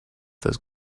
those